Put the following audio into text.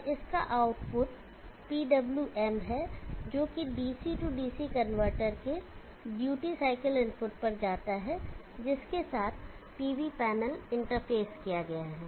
और इसका output P W M है जो DC DC कनवर्टर के ड्यूटी साइकिल इनपुट पर जाता है जिसके साथ PV पैनल इंटरफ़ेस किया गया है